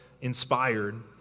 inspired